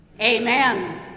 Amen